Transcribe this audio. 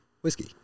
whiskey